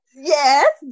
Yes